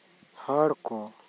ᱦᱚᱲᱠᱚ